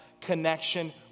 connection